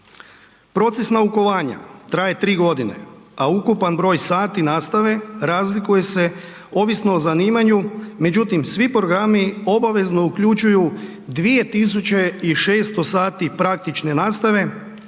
Proces naukovanja traje 3 godine, a ukupan broj sati nastave razlikuje se ovisno o zanimanju, međutim, svi programi obavezno uključuju 2600 sati praktične nastave,